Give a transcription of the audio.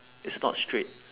is not straight